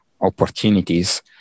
opportunities